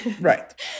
Right